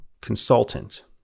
consultant